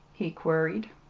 he queried.